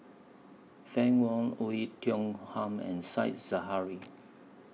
Fann Wong Oei Tiong Ham and Said Zahari